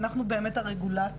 אנחנו באמת הרגולטור,